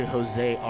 Jose